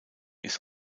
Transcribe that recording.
ist